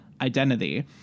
identity